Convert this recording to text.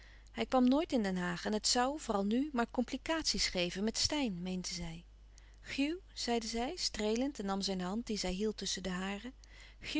hij kwam nooit in den haag en het zoû vooral nu maar complicaties geven met steyn meende zij hugh zeide zij streelend en nam zijn hand die zij hield tusschen de hare